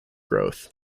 growth